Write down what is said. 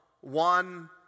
one